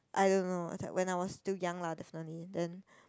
I don't know is like when I was still young lah definitely then